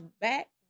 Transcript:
back